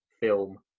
film